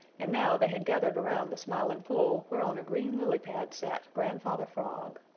and now they had gathered around the smiling pool where on a green lily pad sat grandfather frog.